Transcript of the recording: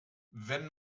wenn